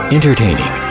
Entertaining